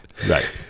Right